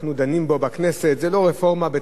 זאת לא רפורמה במים,